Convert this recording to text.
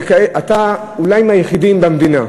אתה אולי מהיחידים במדינה,